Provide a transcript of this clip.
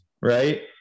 right